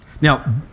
Now